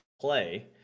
play